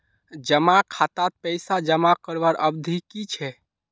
जमा खातात पैसा जमा करवार अवधि की छे?